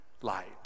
light